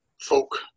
folk